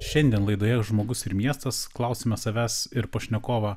šiandien laidoje žmogus ir miestas klausiame savęs ir pašnekovą